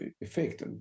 effect